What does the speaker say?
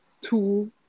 two